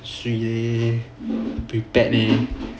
mm not bad leh